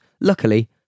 Luckily